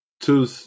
two